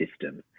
system